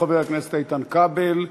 חבר הכנסת איתן כבל,